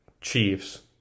Chiefs